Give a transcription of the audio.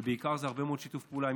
ובעיקר זה הרבה מאוד שיתוף פעולה עם